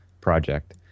project